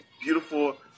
beautiful